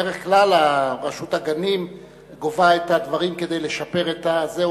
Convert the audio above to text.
בדרך כלל רשות הגנים גובה כדי לשפר את זה,